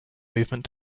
movement